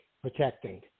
protecting